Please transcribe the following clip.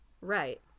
right